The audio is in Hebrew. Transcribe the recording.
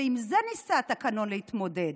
ועם זה ניסה התקנון להתמודד.